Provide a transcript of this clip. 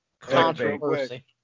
Controversy